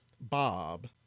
bob